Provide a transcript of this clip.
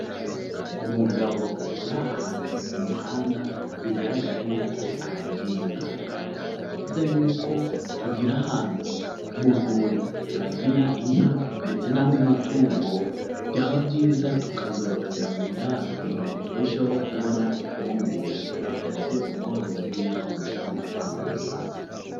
Umugabo uri ahantu ku muhanda bigaragara yuko aragiye inka. Ni byiza yuko tugira ahantu mu rwuri turagira inka ndetse n'andi matungo; byaba byiza tukazororera mu biraro kugira ngo turusheho kubona ifumbire, ndetse ubworozi bw'inka burusheho gutanga umusaruro.